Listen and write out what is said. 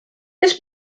this